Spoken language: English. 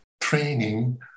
training